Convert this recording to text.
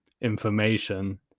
information